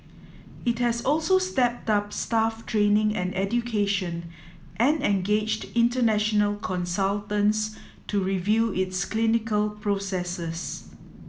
it has also stepped up staff training and education and engaged international consultants to review its clinical processes